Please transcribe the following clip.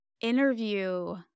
interview